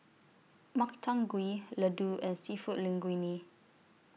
Makchang Gui Ladoo and Seafood Linguine